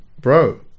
Bro